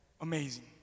amazing